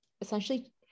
essentially